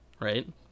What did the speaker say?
Right